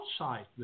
outside